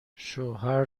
شوهر